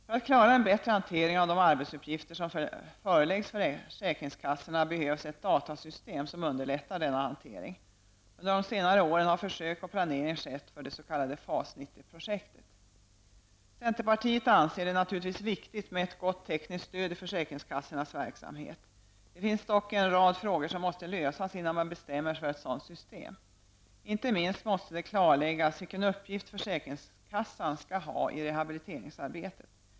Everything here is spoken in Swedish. För att klara en bättre hantering av de arbetsuppgifter som föreläggs försäkringskassorna behövs ett datasystem som underlättar denna hantering. Under de senaste åren har försök och planering skett för det s.k. FAS-90-projektet. Centerpartiet anser det naturligtvis viktigt med ett gott tekniskt stöd i försäkringskassornas verksamhet. Det finns dock en rad frågor som måste lösas innan man bestämmer sig för ett sådant system. Inte minst måste det klarläggas vilken uppgift försäkringskassan skall ha i rehabiliteringsarbetet.